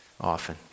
often